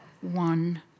one